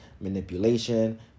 manipulation